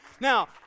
Now